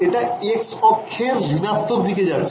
এটা x অক্ষের ঋণাত্মক দিকে যাচ্ছে